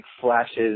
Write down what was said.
flashes